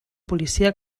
policia